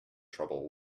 trouble